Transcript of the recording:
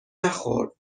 نخور